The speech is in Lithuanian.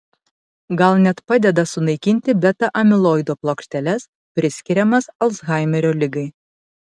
gal net padeda sunaikinti beta amiloido plokšteles priskiriamas alzhaimerio ligai